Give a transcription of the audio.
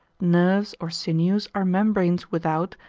nerves, or sinews, are membranes without,